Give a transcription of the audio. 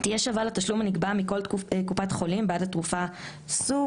-- תהיה שווה לתשלום הנגבה בכל קופת חולים בעד התרופה SUMATRIPTAN,